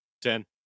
Ten